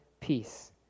peace